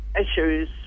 issues